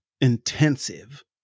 intensive